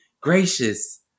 gracious